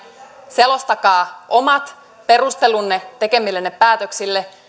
selostakaa omat perustelunne tekemillenne päätöksille